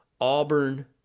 Auburn